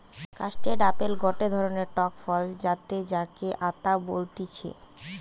custard apple গটে ধরণের টক ফল যাতে যাকে আতা বলতিছে